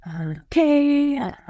okay